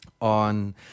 On